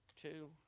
two